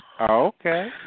Okay